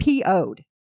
PO'd